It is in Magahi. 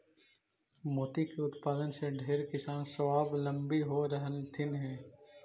मोती के उत्पादन से ढेर किसान स्वाबलंबी हो रहलथीन हे